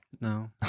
No